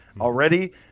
already